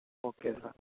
okay sir